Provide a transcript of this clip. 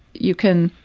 you can,